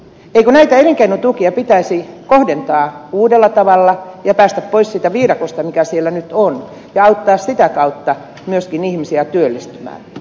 eikö näitä elinkeinotukia pitäisi kohdentaa uudella tavalla ja päästä pois siitä viidakosta mikä siellä nyt on ja auttaa myöskin sitä kautta ihmisiä työllistymään